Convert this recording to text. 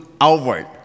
outward